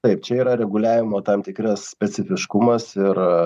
taip čia yra reguliavimo tam tikras specifiškumas ir